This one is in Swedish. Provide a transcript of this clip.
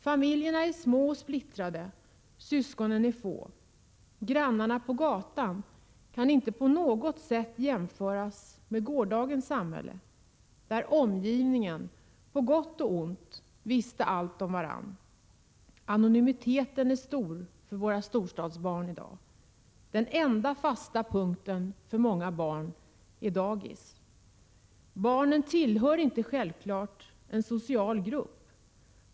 Familjerna är små och splittrade. Syskonen är få. Grannarna på gatan kan inte på något sätt jämföras med dem i gårdagens samhälle, där man i omgivningen — på gott och ont — visste allt om varandra. Anonymiteten är stor för våra storstadsbarn i dag. Den enda fasta punkten för många barn är dagis. Barnen tillhör inte självklart en social grupp.